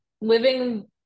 living